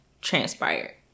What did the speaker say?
transpired